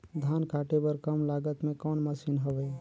धान काटे बर कम लागत मे कौन मशीन हवय?